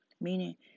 Meaning